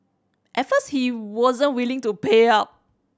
at first he wasn't willing to pay up